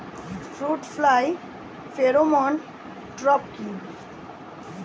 Fruit fly pheromone trap কি?